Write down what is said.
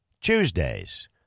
Tuesdays